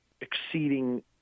exceeding